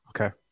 Okay